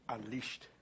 Unleashed